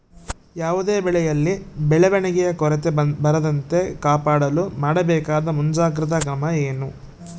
ಯಾವುದೇ ಬೆಳೆಯಲ್ಲಿ ಬೆಳವಣಿಗೆಯ ಕೊರತೆ ಬರದಂತೆ ಕಾಪಾಡಲು ಮಾಡಬೇಕಾದ ಮುಂಜಾಗ್ರತಾ ಕ್ರಮ ಏನು?